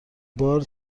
بار